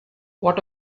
what